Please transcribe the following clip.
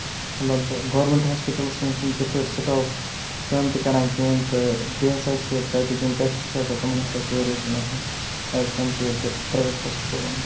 مطلب government hospitals منٛز چھُنہٕ تِتھ پٲٹھۍ سِٹاف کٲم تہِ کران کِہینۍ تہٕ بیٚیہِ ہسا چھِ تِتِکۍ یِم ٹیسٹ آسان چھِ تِمَن ہسا چھِ ویریشن آسان as compared to private hospital والٮ۪ن نِش